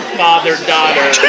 father-daughter